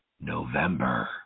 November